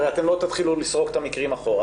הרי אתם לא תתחילו לסרוק את המקרים אחורה.